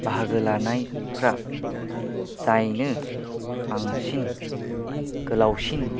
बाहागो लानायफ्रा जायनो बांसिन गोलावसिन